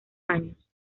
años